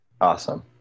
awesome